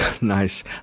Nice